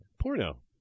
Porno